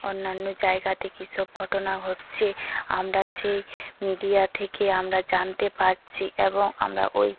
অন্যান্য জায়গাতে কী সব ঘটনা ঘটছে আমরা সে মিডিয়া থেকে আমরা জানতে পারছি এবং আমরা ওই